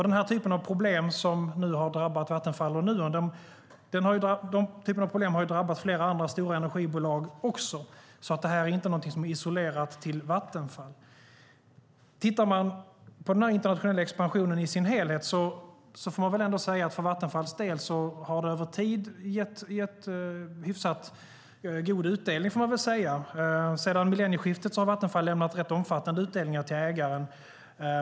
Den typ av problem som nu har drabbat Vattenfall och Nuon har drabbat flera andra stora energibolag också. Det är inte någonting som är isolerat till Vattenfall. Om man tittar på den internationella expansionen i dess helhet får man säga att den under tid har gett hyfsat god utdelning för Vattenfalls del. Sedan millennieskiftet har Vattenfall lämnat rätt omfattande utdelningar till ägaren.